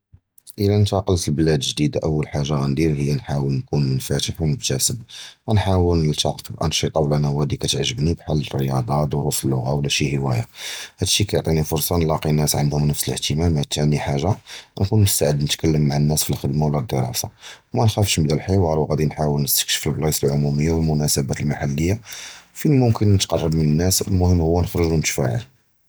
אִלַא נִתְקַלְתּ לְבְּלַד גְּדִידָה אוּל חַאגָה גַאנְדִיר הִי נְחַאוּל נִקּוּן מְנְפַתְחּ וּמְבְּתַסֵּם, גַאנְחַאוּל נִלְתַחְק בְּאַנְשִיטַאת אוּ נוּדִיִּים קִתְעַגְּבּוּנִי כְּחַל אִל-רְיַاضة, דְרוּס אִל-לּוּגָה וְלָא שִי חֻוָּאיה, הַדִּי שִי קִיְעַטִי פְּרְסָה נִלְקַא נַאס עַנְדְהוּם נַפְס אִל-אִהְתִמַאמַּאת, תַּאנִי חַאגָה גַאנְקוּן מֻסְתַעֵד נִתְכַּלְם עַלַהָא נַאס פִי אִל-חְדֶּמָּה וְלָא אִל-דְּרוּסָה, וְמַתְחַאווּש נִבְדָּא אִל-חִיוּאר וְגַאנְחַאוּל נִסְתַכְּשְּפּ אִל-בְּלַאֵיס אַל-עֻמּוּמִיָּה וְאִל-מֻנַאסָּבַּאת אִל-מֻחַלִיָּה פִין מֻמְכִּן נִתְקַרַב מַלְנַאס, הַמּוּهِם הִי נִخְרּוֹג וְנִתְפַעַּל.